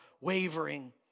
wavering